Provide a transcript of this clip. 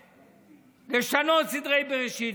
לשנות סדרי בראשית.